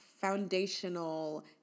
foundational